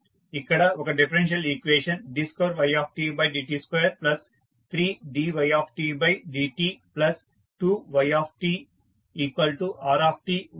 ఇక్కడ ఒక differential equation d2ydt23dytdt2ytrt ఉంది